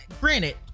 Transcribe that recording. granted